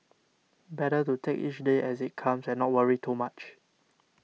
better to take each day as it comes and not worry too much